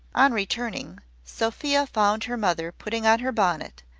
on returning, sophia found her mother putting on her bonnet,